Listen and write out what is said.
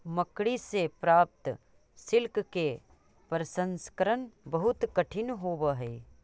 मकड़ि से प्राप्त सिल्क के प्रसंस्करण बहुत कठिन होवऽ हई